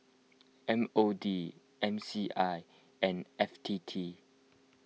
M O D M C I and F T T